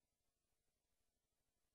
חברת הכנסת סתיו שפיר, תודה רבה.